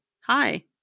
hi